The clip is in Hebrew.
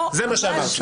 זה מה שאמרתי.